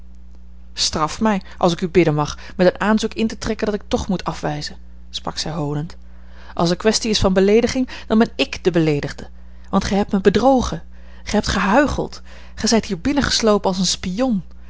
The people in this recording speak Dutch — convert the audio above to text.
straf mij als ik u bidden mag met een aanzoek in te trekken dat ik toch moet afwijzen sprak zij hoonend als er kwestie is van beleediging dan ben ik de beleedigde want gij hebt mij bedrogen gij hebt gehuicheld gij zijt hier binnengeslopen als een spion